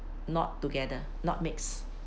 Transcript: not together not mix